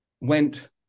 went